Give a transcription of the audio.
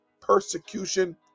persecution